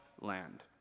land